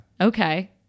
Okay